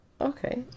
Okay